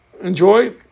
enjoy